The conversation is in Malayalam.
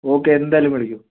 ഓക്കേ എന്തായാലും വിളിക്കും